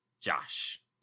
Josh